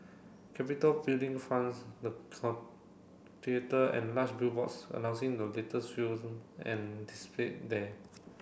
capitol Building fronts the theatre and large billboards announcing the latest films and displayed there